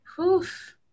Oof